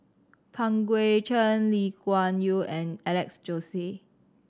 Pang Guek Cheng Lee Kuan Yew and Alex Josey